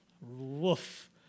Woof